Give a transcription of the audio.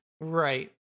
Right